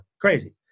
Crazy